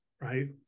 right